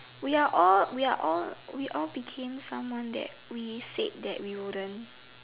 we are all we are all we all became someone that we said that we wouldn't